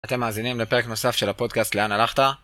אתם מאזינים לפרק נוסף של הפודקאסט לאן הלכת